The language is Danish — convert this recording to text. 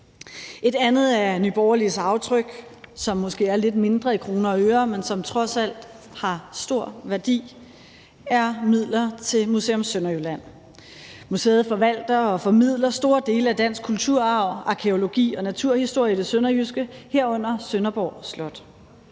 Et andet af Nye Borgerliges aftryk, som måske er lidt mindre i kroner og øre, men som trods alt har stor værdi, er midler til Museum Sønderjylland. Museet forvalter og formidler store dele af dansk kulturarv, arkæologi og naturhistorie i det sønderjyske, herunder Sønderborg Slot.